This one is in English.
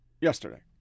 Yesterday